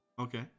Okay